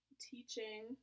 teaching